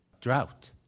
drought